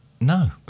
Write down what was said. No